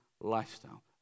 lifestyle